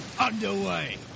underway